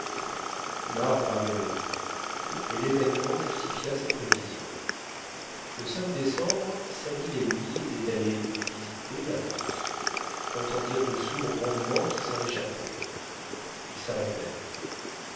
marbre avait raison et l'événement justifia ses prévisions le décembre sabine et lui étant allés visiter la fosse entendirent de sourds grondements qui s'en échappaient ils